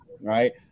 Right